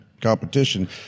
competition